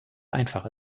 einfach